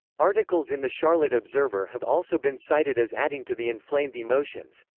articles in the charlotte observer have also been cited as adding to the inflamed emotions.